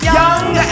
young